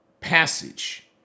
passage